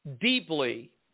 deeply